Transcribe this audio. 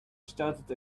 started